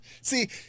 see